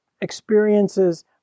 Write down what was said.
experiences